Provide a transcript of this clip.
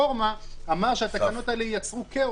הרפורמה אמר שהתקנות הללו ייצרו כאוס.